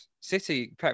City